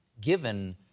given